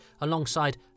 alongside